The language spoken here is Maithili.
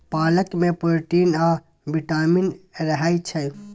पालक मे प्रोटीन आ बिटामिन रहय छै